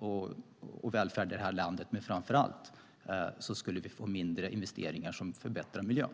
och mindre välfärd i landet. Men framför allt skulle vi få färre investeringar som förbättrar miljön.